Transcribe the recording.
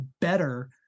better